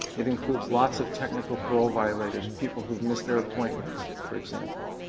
it includes lots of technical parole violators, people who have missed their appointments, for example.